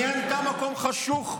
נהייתה מקום חשוך,